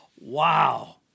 Wow